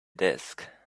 desk